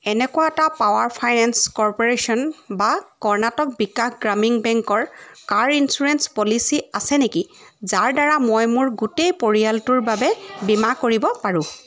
এনেকুৱা এটা power finance corporation বা কৰ্ণাটক বিকাশ গ্ৰামীণ বেংকৰ কাৰ ইঞ্চুৰেঞ্চ পলিচি আছে নেকি যাৰ দ্বাৰা মই মোৰ গোটেই পৰিয়ালটোৰ বাবে বীমা কৰিব পাৰোঁ